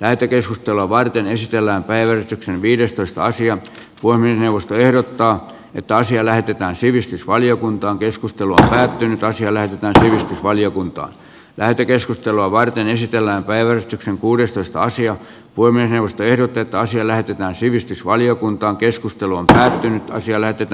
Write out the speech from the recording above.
lähetekeskustelua varten ei siellä irti viidestoista sijan voimin neuvosto ehdottaa että asia näytetään sivistysvaliokuntaan keskustelut käytiin toiselle tähystysvaliokunta lähetekeskustelua varten esitellään päivystyksen kuudestoista sija voimme eusta erotetaan siellä työtään sivistysvaliokuntaan keskustelu on täälläkin siellä tyttö